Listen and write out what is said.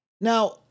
Now